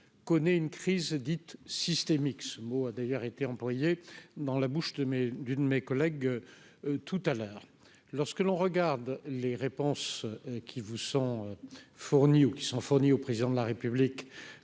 connaît une crise dite systémique ce mot a d'ailleurs été employé dans la bouche de mais d'une de mes collègues tout à l'heure, lorsque l'on regarde les réponses qui vous sont fournis ou qui sont fournis au président de la République,